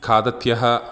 खादत्यः